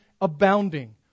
abounding